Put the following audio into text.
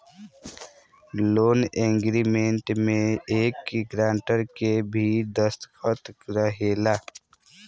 loan agreement में एक grantor के भी दस्तख़त रहेला